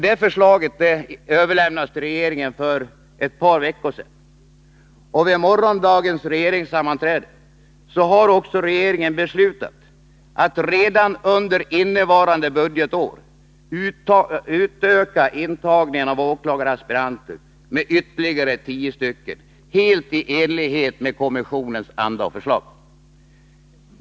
Det förslaget överlämnades till regeringen för ett par veckor sedan. Vid dagens regeringssammanträde beslutade regeringen att redan under innevarande budgetår utöka intagningen av åklagaraspiranter med ytterligare tio, helt i enlighet med kommissionens förslag.